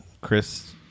chris